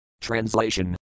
Translation